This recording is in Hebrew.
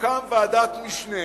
תוקם ועדת משנה